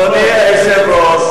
כבוד היושב-ראש,